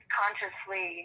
consciously